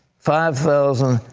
five thousand,